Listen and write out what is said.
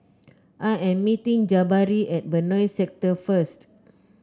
I am meeting Jabari at Benoi Sector first